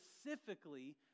specifically